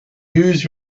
use